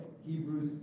Hebrews